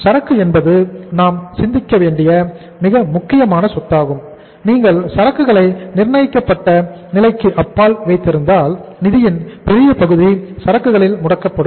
சரக்கு என்பது நாம் சிந்திக்க வேண்டிய மிக முக்கியமான சொத்தமாகும் நீங்கள் சரக்குகளை நிர்ணயிக்கப்பட்ட நிலைக்கு அப்பால் வைத்திருந்தால் நிதியின் பெரிய பகுதி சரக்குகளில் முடக்கப்படும்